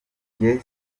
njye